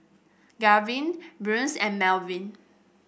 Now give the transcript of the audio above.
Garvin Bryce and Melvin